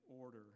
order